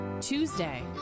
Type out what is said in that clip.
Tuesday